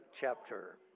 chapter